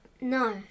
No